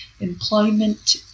employment